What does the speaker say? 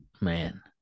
man